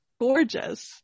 gorgeous